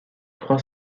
trois